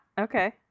okay